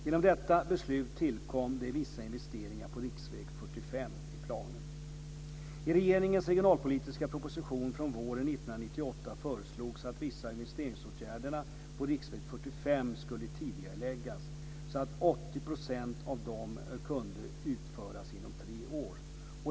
Genom detta beslut tillkom det vissa investeringar på riksväg 45 i planen. av dem kunde utföras inom tre år.